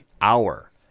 hour